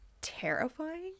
terrifying